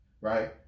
right